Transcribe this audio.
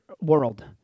world